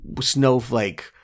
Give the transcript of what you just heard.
snowflake